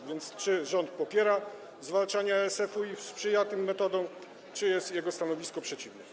A więc czy rząd popiera zwalczanie ASF-u i sprzyja tym metodom czy jest temu stanowisku przeciwny?